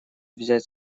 взять